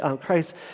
Christ